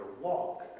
walk